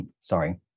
sorry